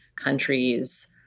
countries